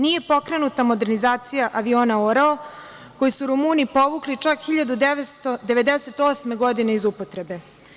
Nije pokrenuta modernizacija aviona „Orao“, koji su Rumuni povukli čak 1998. godine iz upotrebe.